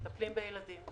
מטפלים בילדים,